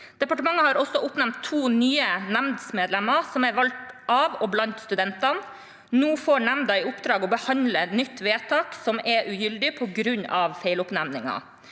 Departementet har også oppnevnt to nye nemndsmedlemmer, som er valgt av og blant studentene. Nå får nemnda i oppdrag å behandle på nytt vedtak som er ugyldige på grunn av feiloppnevningen.